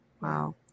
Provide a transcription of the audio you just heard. Wow